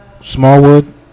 Smallwood